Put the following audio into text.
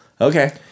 Okay